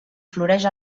floreix